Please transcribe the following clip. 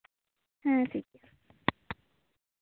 ᱦᱮᱸ ᱴᱷᱤᱠ ᱜᱮᱭᱟ